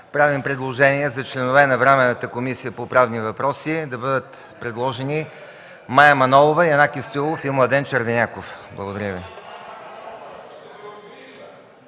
правя предложение за членове на Временната комисия по правни въпроси да бъдат предложени Мая Манолова, Янаки Стоилов и Младен Червеняков. Благодаря Ви.